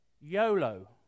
YOLO